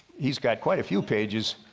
he's got quite a few pages